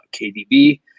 KDB